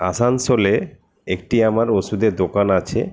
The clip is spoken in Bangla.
আসানসোলে একটি আমার ওষুধের দোকান আছে